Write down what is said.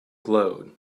glowed